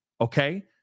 Okay